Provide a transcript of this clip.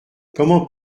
comment